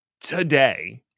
today